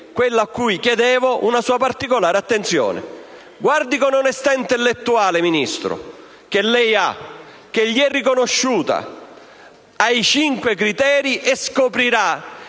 quello su cui chiedevo una sua particolare attenzione. Guardi con onestà intellettuale, Ministro (che lei ha, che le è riconosciuta), ai cinque criteri e scoprirà